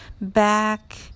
back